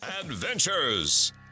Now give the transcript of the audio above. Adventures